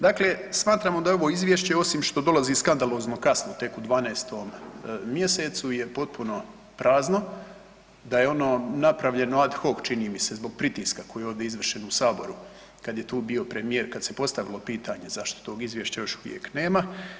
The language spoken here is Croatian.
Dakle, smatramo da je ovo izvješće osim što dolazi skandalozno kasno tek u 12. mjesecu je potpuno prazno, da je ono napravljeno ad hoc čini mi se zbog pritiska koji je ovdje izvršen u saboru kad je tu bio premijer, kad se postavilo pitanje zašto tog izvješća još uvijek nema.